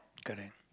correct